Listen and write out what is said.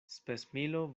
spesmilo